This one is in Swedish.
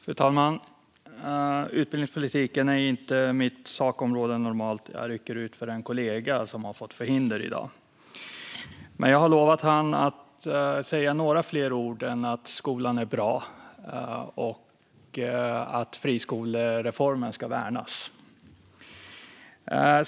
Fru talman! Utbildningspolitiken är inte mitt sakområde, normalt sett. Jag rycker ut för en kollega som har fått förhinder i dag. Jag har lovat honom att säga några fler ord än att skolan är bra och att friskolereformen ska värnas.